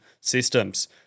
systems